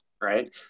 right